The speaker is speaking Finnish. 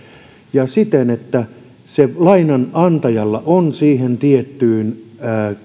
siten että lainanantajalla on oikeus siihen tiettyyn